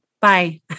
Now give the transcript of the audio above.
Bye